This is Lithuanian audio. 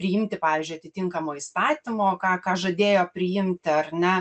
priimti pavyzdžiui atitinkamo įstatymo ką ką žadėjo priimti ar ne